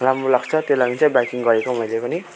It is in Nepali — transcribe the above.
राम्रो लाग्छ त्यही लागि चाहिँ बाइकिङ गरेको मैले पनि